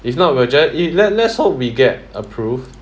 if not we'll just let let's hope we get approved